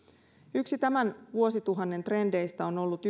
yksi tämän vuosituhannen trendeistä on ollut